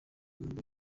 mbuga